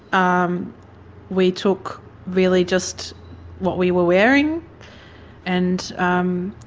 um we took really just what we were wearing and um